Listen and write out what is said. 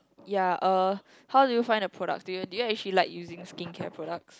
ya uh how do you find the product do you do you actually like using skincare products